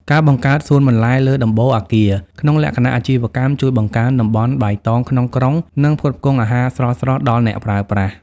ការបង្កើតសួនបន្លែលើដំបូលអគារ ក្នុងលក្ខណៈអាជីវកម្ម ជួយបង្កើនតំបន់បៃតងក្នុងក្រុង និងផ្គត់ផ្គង់អាហារស្រស់ៗដល់អ្នកប្រើប្រាស់។